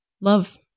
love